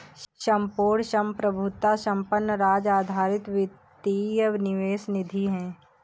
संपूर्ण संप्रभुता संपन्न राज्य आधारित वित्तीय निवेश निधि है